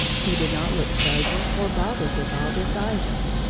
he did not look sober or bothered with all this, either.